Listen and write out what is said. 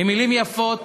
עם מילים יפות